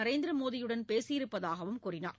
நரேந்திர மோடியுடன் பேசியிருப்பதாக கூறினார்